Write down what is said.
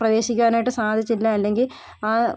പ്രവേശിക്കുവാനായിട്ട് സാധിച്ചില്ല അല്ലെങ്കിൽ ആ